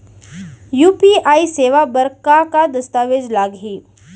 UPI सेवा बर का का दस्तावेज लागही?